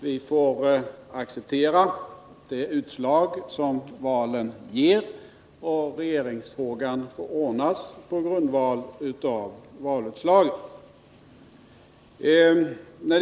Vi får acceptera det utslag som valet ger, och regeringsfrågan får ordnas på grundval av valutslaget.